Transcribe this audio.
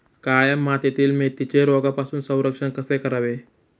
काळ्या मातीतील मेथीचे रोगापासून संरक्षण कसे करावे?